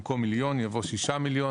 במקום "מיליון" יבוא "שישה מיליון".